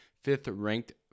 fifth-ranked